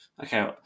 okay